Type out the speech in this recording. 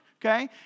Okay